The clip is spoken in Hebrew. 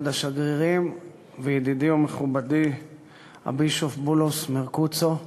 כבוד השגרירים וידידי ומכובדי הבישוף בולוס מרקוצו,